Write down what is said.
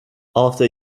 after